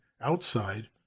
outside